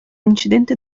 incidente